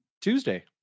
Tuesday